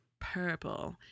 Purple